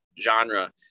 genre